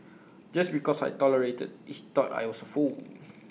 just because I tolerated he thought I was A fool